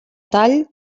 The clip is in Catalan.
tall